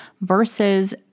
versus